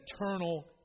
eternal